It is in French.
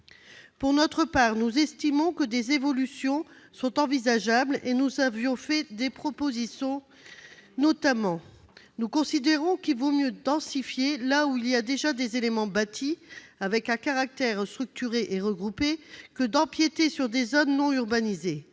Pour notre part, nous estimons que des évolutions sont envisageables et nous en avons proposé. En particulier, nous considérons qu'il vaut mieux densifier là où il existe déjà des éléments bâtis avec un caractère structuré et regroupé plutôt que d'empiéter sur des zones non urbanisées.